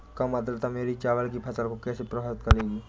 कम आर्द्रता मेरी चावल की फसल को कैसे प्रभावित करेगी?